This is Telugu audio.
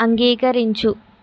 అంగీకరించు